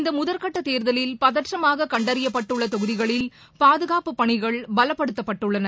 இந்தமுதற்கட்டத் தேர்தலில் பதற்றமாககண்டறியப்பட்டுள்ளதொகுதிகளில் பாதுகாப்புப் பணிகள் பலப்படுத்தப்பட்டுள்ளன